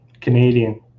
Canadian